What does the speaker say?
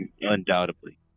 undoubtedly